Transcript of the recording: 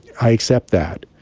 i accept that.